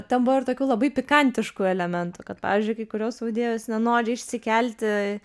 ten buvo ir tokių labai pikantiškų elementų kad pavyzdžiui kai kurios audėjos nenori išsikelti